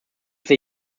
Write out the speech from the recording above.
they